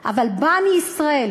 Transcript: אבל "בני ישראל",